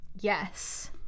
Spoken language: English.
Yes